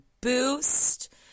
boost